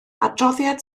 adroddiad